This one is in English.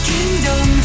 Kingdom